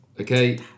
Okay